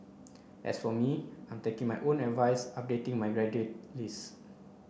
as for me I am taking my own advice updating my gratitude list